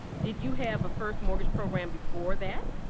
did you have a first mortgage program before that?